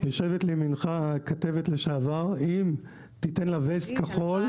יושבת לימינך כתבת לשעבר, אם תיתן לה ווסט כחול.